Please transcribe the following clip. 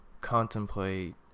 contemplate